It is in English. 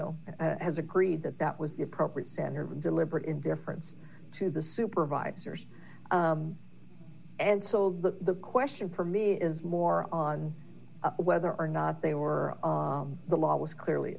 here has agreed that that was the appropriate standard and deliberate indifference to the supervisors and so the question for me is more on whether or not they were the law was clearly